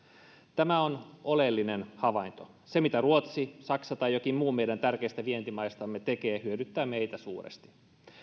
tämä on oleellinen havainto se mitä ruotsi saksa tai jokin muu meidän tärkeistä vientimaistamme tekee hyödyttää meitä suuresti